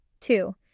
Two